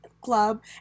club